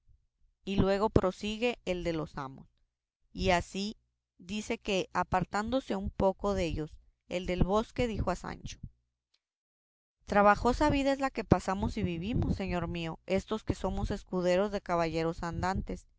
y luego prosigue el de los amos y así dice que apartándose un poco dellos el del bosque dijo a sancho trabajosa vida es la que pasamos y vivimos señor mío estos que somos escuderos de caballeros andantes